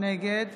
נגד